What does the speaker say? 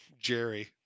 Jerry